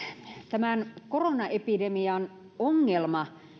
tämän koronaepidemian ongelma